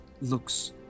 Looks